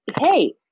hey